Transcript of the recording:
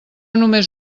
només